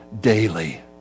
daily